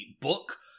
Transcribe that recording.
book